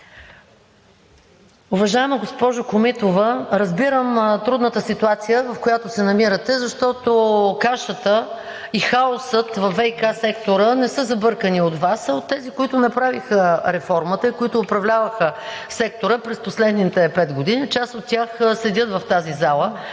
Уважаема госпожо Комитова, разбирам трудната ситуация, в която се намирате, защото кашата и хаосът във ВиК сектора не са забъркани от Вас, а от тези, които направиха реформата и управляваха сектора през последните пет години, част от тях седят в тази зала.